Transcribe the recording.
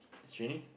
it's raining